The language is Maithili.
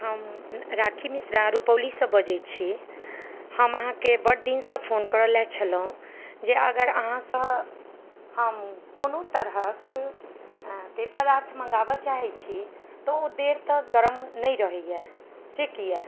हम राखी मिश्रा रुपौलीसँ बाजै छी हम अहाँके बड्ड दिनसँ फोन करै लऽ छलहुँ जे अगर अहाँसँ हम कोनो तरहक पेय पदार्थ मँगाबऽ चाहे छी तऽ ओ देर तक गरम नहि रहैए से किएक